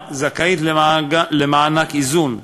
נכון.